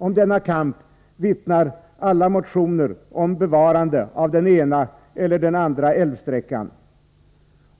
Om denna kamp vittnar alla motioner om bevarande av den ena eller den andra älvsträckan,